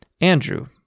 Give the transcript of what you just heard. Andrew